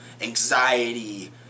anxiety